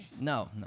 No